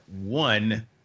one